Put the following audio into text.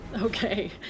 Okay